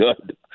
good